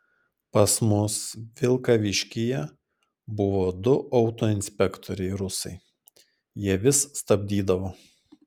pas mus vilkaviškyje buvo du autoinspektoriai rusai jie vis stabdydavo